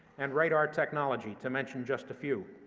and radar technology, to mention just a few.